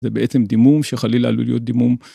זה בעצם דימום שחלילה עלול להיות דימום.